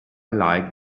like